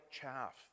chaff